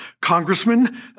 Congressman